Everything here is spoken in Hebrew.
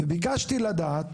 וביקשתי לדעת,